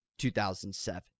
2007